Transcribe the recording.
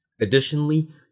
Additionally